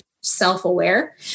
self-aware